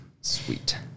Sweet